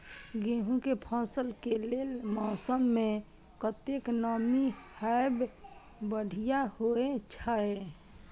गेंहू के फसल के लेल मौसम में कतेक नमी हैब बढ़िया होए छै?